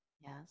Yes